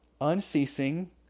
unceasing